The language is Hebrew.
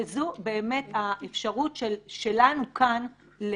וזאת האפשרות שלנו כאן,